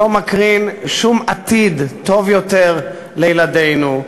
שלא מקרין שום עתיד טוב יותר לילדינו.